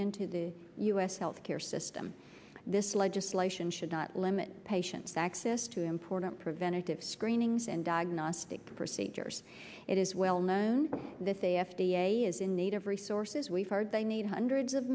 into the u s health care system this legislation should not limit patients access to important preventative screenings and diagnostic procedures it is well known that the f d a is in need of resources we've heard they need hundreds of